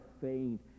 faint